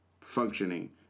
functioning